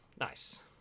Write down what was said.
Nice